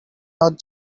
not